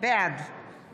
בעד